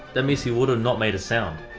that means he would have not made a sound.